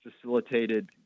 facilitated